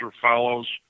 follows